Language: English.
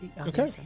Okay